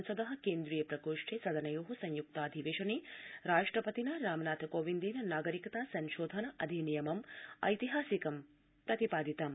संसद केन्द्रीय प्रकोष्ठे सदनयो संयुक्ताधिवेशने राष्ट्रपतिना रामनाथकोविन्देन नागरिकता संशोधन अधिनियमम् ऐतिहासिकं प्रतिपादितम्